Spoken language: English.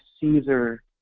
Caesar